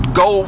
go